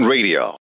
Radio